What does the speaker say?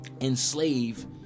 enslave